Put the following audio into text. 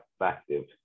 effective